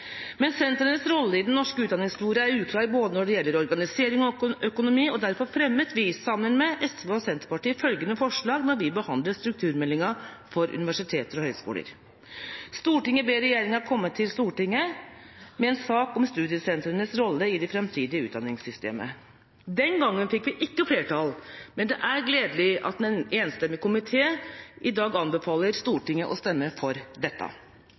Men sentrenes rolle i den norske utdanningsfloraen er uklar både når det gjelder organisering og økonomi, og derfor fremmet vi sammen med SV og Senterpartiet følgende forslag da vi behandlet strukturmeldinga for universiteter og høyskoler: «Stortinget ber regjeringen komme til Stortinget med en sak om studiesentrenes rolle i det fremtidige utdanningssystemet.» Den gangen fikk vi ikke flertall, men det er gledelig at en enstemmig komité i dag anbefaler Stortinget å stemme for dette.